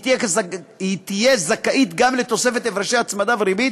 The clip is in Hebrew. היא תהיה זכאית גם לתוספת הפרשי הצמדה וריבית,